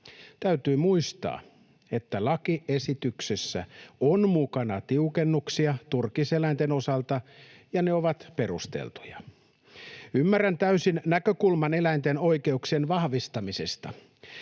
Täytyy muistaa, että lakiesityksessä on mukana tiukennuksia turkiseläinten osalta, ja ne ovat perusteltuja. Ymmärrän täysin näkökulman eläinten oikeuksien vahvistamisesta.